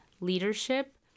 leadership